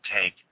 take